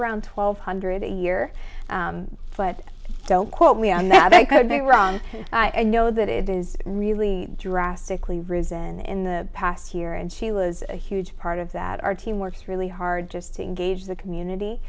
around twelve hundred a year but don't quote me on that i could be wrong i know that it is really drastically risen in the past here and she was a huge part of that our team works really hard just to engage the community